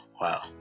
wow